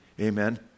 Amen